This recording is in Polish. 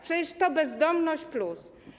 Przecież to bezdomność+.